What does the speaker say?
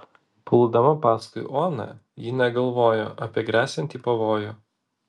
puldama paskui oną ji negalvojo apie gresiantį pavojų